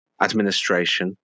administration